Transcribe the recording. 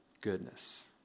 goodness